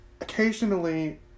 Occasionally